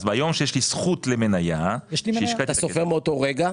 אז ביום שיש לי זכות למנייה שהשקעתי -- אז אתה סופר מאותו רגע?